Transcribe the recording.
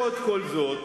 ולמרות כל זאת,